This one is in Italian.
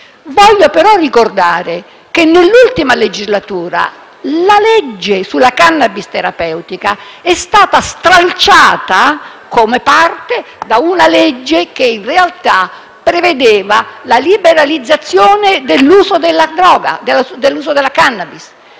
Voglio, però, ricordare che nell'ultima legislatura la norma sulla *cannabis* terapeutica è stata stralciata da una legge che in realtà prevedeva la liberalizzazione dell'uso della *cannabis*.